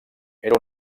era